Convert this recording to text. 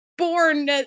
Born